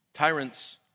Tyrants